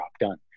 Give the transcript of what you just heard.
done